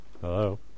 Hello